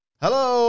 Hello